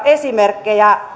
esimerkkejä